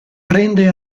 prende